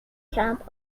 cap